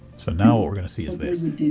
so now what we're going to see is this.